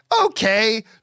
Okay